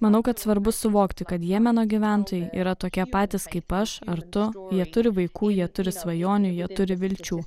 manau kad svarbu suvokti kad jemeno gyventojai yra tokie patys kaip aš ar tu jie turi vaikų jie turi svajonių jie turi vilčių